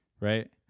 Right